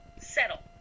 Settle